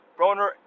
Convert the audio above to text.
Broner